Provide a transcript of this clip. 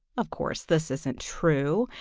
of course this isn't true.